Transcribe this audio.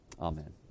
Amen